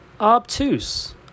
Obtuse